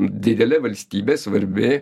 didelė valstybė svarbi